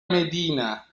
medina